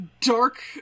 dark